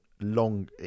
long